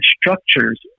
structures